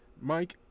Mike